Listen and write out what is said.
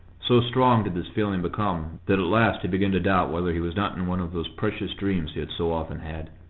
so strong did his feeling become, that at last he began to doubt whether he was not in one of those precious dreams he had so often had,